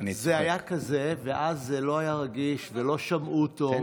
זה היה כזה, ואז זה לא היה רגיש ולא שמעו טוב.